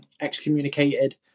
excommunicated